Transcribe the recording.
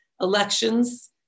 elections